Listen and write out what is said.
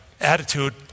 attitude